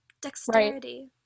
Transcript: dexterity